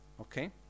Okay